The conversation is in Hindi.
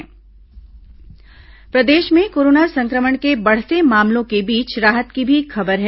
कोरोना राहत जांच प्रदेश में कोरोना संक्रमण के बढ़ते मामलों के बीच राहत की भी खबर है